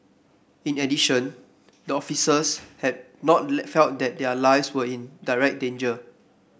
in addition the officers had not felt that their lives were in direct danger